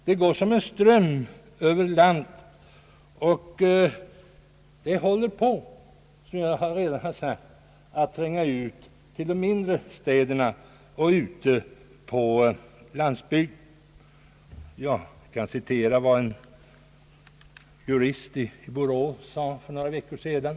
Det går en narkotikaström över landet och den håller på, som jag redan sagt, att tränga ut till de mindre städerna och till landsbygden. Jag kan citera vad en jurist i Borås sade för några veckor sedan.